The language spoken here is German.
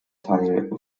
teil